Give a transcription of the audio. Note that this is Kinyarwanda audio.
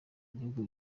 bihugu